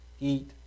eat